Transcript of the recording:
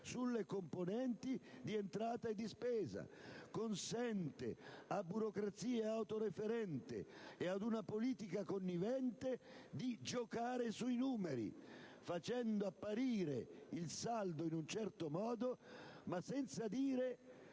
sulle componenti di entrata e di spesa, consente ad una burocrazia autoreferenziale e ad una politica connivente di giocare sui numeri facendo apparire il saldo in un certo modo ma senza dire